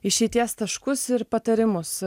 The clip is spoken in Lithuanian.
išeities taškus ir patarimus